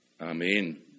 Amen